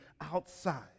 outside